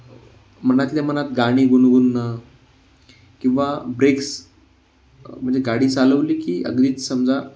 मनातल्या मनात गाणी गुणगुणणं किंवा ब्रेक्स म्हणजे गाडी चालवली की अगदीच समजा